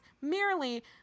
merely